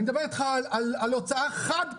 ואני מדבר איתך על הוצאה חד פעמית,